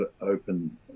open